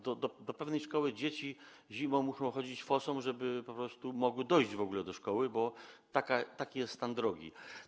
Do pewnej szkoły dzieci zimą muszą chodzić fosą, żeby po prostu mogły dojść w ogóle do szkoły, bo taki jest stan drogi.